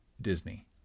Disney